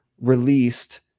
released